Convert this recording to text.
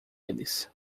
eles